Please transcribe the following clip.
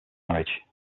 marriage